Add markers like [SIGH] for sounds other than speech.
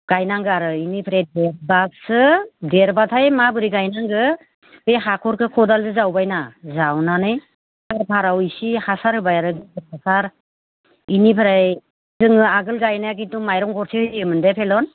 गायनांगौ आरो बेनिफ्राय देरबासो देरबाथाय माबोरै गायनांगौ बे हाखरखो खदालजों जावबायना जावनानै [UNINTELLIGIBLE] फोराव इसे हासार होबाय हासार बेनिफ्राय जोङो आगोल गायनाया खिन्थु माइरं गरसे होयामोन दे फेलन